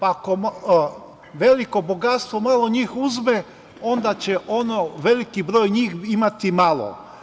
Ako veliko bogatstvo malo njih uzme, onda će veliki broj njih imati malo.